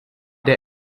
der